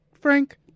Frank